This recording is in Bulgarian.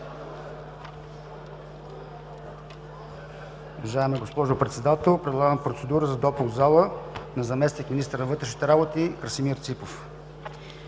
Уважаема госпожо Председател, предлагам процедура за допуск в пленарната зала на заместник-министъра на вътрешните работи Красимир Ципов.